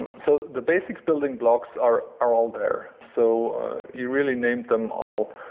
and so the basic building blocks are are all there. so you really named them all.